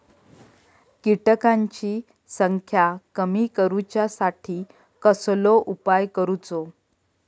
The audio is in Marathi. किटकांची संख्या कमी करुच्यासाठी कसलो उपाय करूचो?